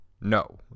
no